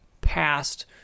past